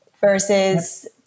versus